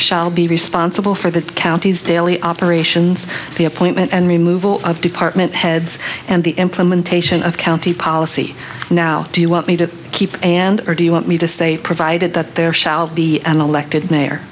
shall be responsible for the county's daily operations the appointment and remove of department heads and the implementation of county policy now do you want me to keep and or do you want me to stay provided that there shall be an elected mayor